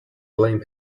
blame